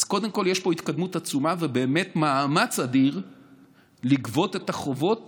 אז קודם כול יש פה התקדמות עצומה ובאמת מאמץ אדיר לגבות את החובות